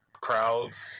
crowds